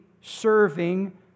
serving